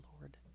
lord